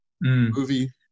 movie